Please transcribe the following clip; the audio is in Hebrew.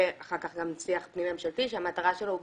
ואחר כך שיח פנים-ממשלתי שהמטרה שלו היא